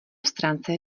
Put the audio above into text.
stránce